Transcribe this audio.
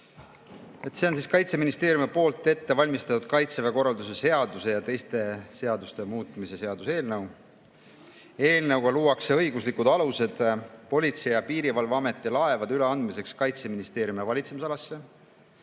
See on Kaitseministeeriumi ette valmistatud Kaitseväe korralduse seaduse ja teiste seaduste muutmise seaduse eelnõu. Eelnõuga luuakse õiguslikud alused Politsei- ja Piirivalveameti laevade üleandmiseks Kaitseministeeriumi valitsemisalasse.